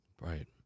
Right